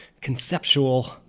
conceptual